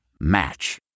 Match